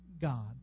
God